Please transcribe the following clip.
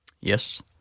Yes